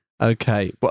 Okay